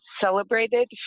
celebrated